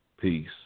peace